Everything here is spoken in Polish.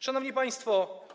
Szanowni Państwo!